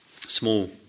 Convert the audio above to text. small